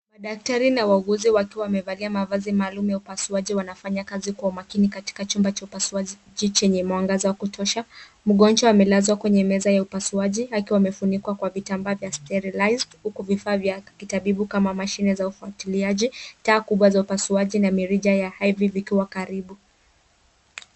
Daktari na wauguzi wakiwa wamevalia mavazi maalum ya upasuaji wanafanya kazi kwa umakini katika chumba cha upasuaji chenye mwangaza wa kutosha. Mgonjwa amelazwa kwenye meza ya upasuaji akiwa amefunikwa kwa vitambaa vya sterilised huku vifaa vya kitabibu kama mashine za ufwatiliaji. Taa kubwa za upasuaji na mirija ya hivi vikiwa karibu.